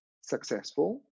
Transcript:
successful